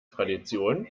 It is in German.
tradition